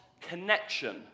connection